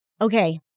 Okay